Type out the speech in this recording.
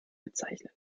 bezeichnen